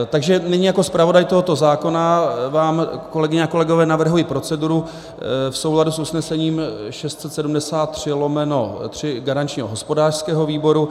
Takže nyní jako zpravodaj tohoto zákona vám, kolegyně a kolegové, navrhuji proceduru v souladu s usnesením 673/3 garančního hospodářského výboru.